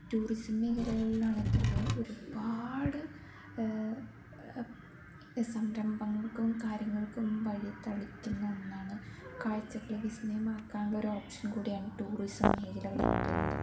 tourism മേഖലകളിലാണേൽ തന്നെ ഒരുപാട് സംരംഭങ്ങൾക്കും കാര്യങ്ങൾക്കും വഴി തെളിക്കുന്ന ഒന്നാണ് കാഴ്ചകളെ വിസ്മയം ആക്കാനുള്ളൊരോപ്ഷൻ കൂടിയാണ് ടൂറിസം മേഖലകൾ എന്ന് പറയുന്നത്